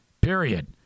period